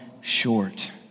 short